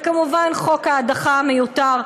וכמובן, חוק ההדחה המיותר,